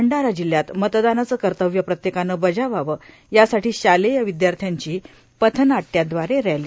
भंडारा जिल्ह्यात मतदानाचं कर्तव्य प्रत्येकानं बजावावं यासाठी शालेय विद्यार्थ्यांची पथनाट्याद्वारे रॅली